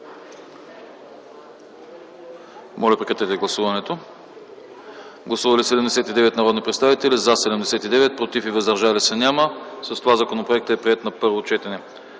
юли 2010 г. Гласували 79 народни представители: за 79, против и въздържали се няма. С това законопроектът е приет на първо четене.